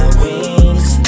wings